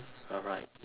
alright